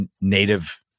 Native